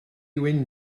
wyn